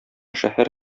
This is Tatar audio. шәһәр